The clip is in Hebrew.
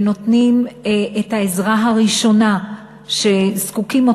ונותנים את העזרה הראשונה שזקוקים לה